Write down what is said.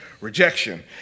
rejection